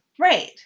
right